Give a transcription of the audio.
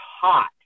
hot